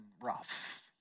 rough